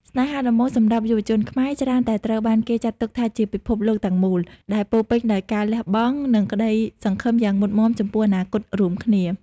ស្នេហាដំបូងសម្រាប់យុវជនខ្មែរ ច្រើនតែត្រូវបានគេចាត់ទុកថាជាពិភពលោកទាំងមូល ដែលពោរពេញដោយការលះបង់ និងក្តីសង្ឃឹមយ៉ាងមុតមាំចំពោះអនាគតរួមគ្នា។